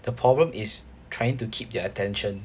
the problem is trying to keep their attention